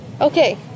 Okay